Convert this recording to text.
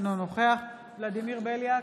אינו נוכח ולדימיר בליאק,